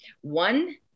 One